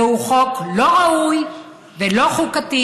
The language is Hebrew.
זהו חוק לא ראוי ולא חוקתי,